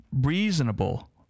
reasonable